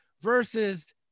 versus